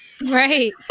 Right